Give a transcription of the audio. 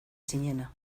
zinena